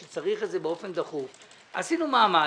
שצריך את זה באופן דחוף, עשינו מאמץ.